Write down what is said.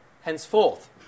henceforth